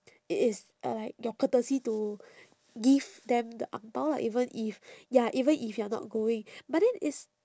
it is uh like your courtesy to give them the ang bao lah even if ya even if you're not going but then it's